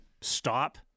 stop